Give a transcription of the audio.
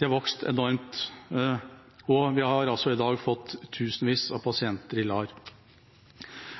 har vokst enormt, og vi har altså i dag fått tusenvis av pasienter i LAR.